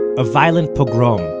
a violent pogrom,